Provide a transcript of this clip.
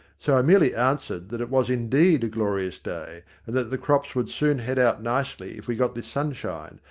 so i merely answered that it was indeed a glorious day, and that the crops would soon head out nicely if we got this sunshine,